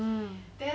um